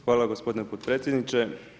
Hvala gospodin potpredsjedniče.